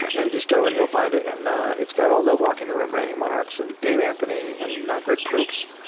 and just go and you'll find it and it's got all the walking the room, reigning monarchs, and dave anthony and now greg proops.